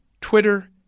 Twitter